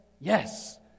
Yes